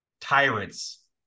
tyrants